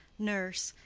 nurse.